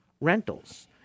rentals